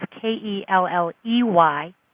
K-E-L-L-E-Y